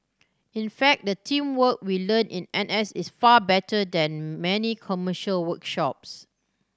in fact the teamwork we learn in N S is far better than many commercial workshops